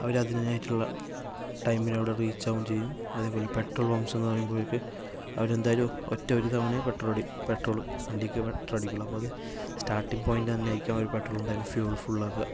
അവര് അതിനായിട്ടുള്ള ടൈമിന് അവിടെ റീച്ച് ആകുകയും ചെയ്യും അതേപോലെ പെട്രോൾ പമ്പ്സ് എന്ന് പറയുമ്പോയേക്ക് അവരെന്തായാലും ഒറ്റ ഒരു തവണയേ പെട്രോള് പെട്രോള് വണ്ടിക്ക് പെട്രോൾ അടിക്കുകയുള്ള് അപ്പോൾ അത് സ്റ്റാർട്ടിങ് പോയിൻറ്റ് തന്നെയായിരിക്കും അവര് പെട്രോള് എന്തായാലും ഫ്യൂവല് ഫുള്ളാക്കുക